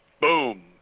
boom